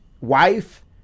wife